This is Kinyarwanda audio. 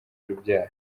urubyaro